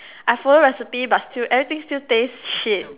I follow recipe but still everything still taste shit